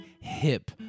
hip